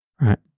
Right